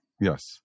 Yes